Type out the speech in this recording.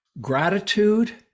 gratitude